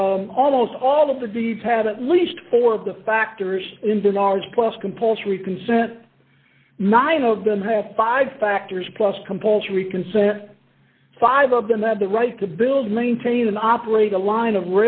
almost all of the deep had at least four of the factors in the large plus compulsory consent nine of them have five factors plus compulsory consent five of them that the right to build maintain and operate a line of